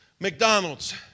McDonald's